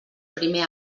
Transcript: primer